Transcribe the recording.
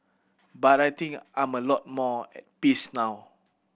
but I think I'm a lot more at peace now